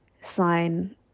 sign